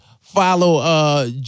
follow